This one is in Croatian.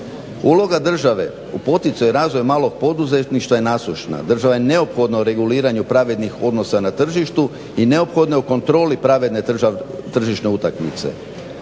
Uloga države u poticaju razvoja malog poduzetništva je nasušna. Država je neophodno reguliranju pravednih odnosa na tržištu i neophodna je u kontroli pravedne tržišne utakmice.